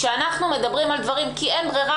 כשאנחנו מדברים על דברים כי אין ברירה,